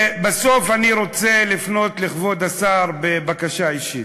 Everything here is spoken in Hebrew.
בסוף אני רוצה לפנות לכבוד השר בבקשה אישית.